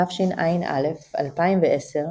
תשע"א 2010,